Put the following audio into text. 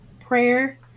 prayer